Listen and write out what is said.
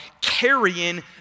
carrying